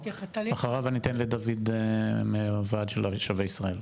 אחריו אני אתן לדוד מהוועד של שבי ישראל.